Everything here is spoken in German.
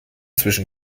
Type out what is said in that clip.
zwischen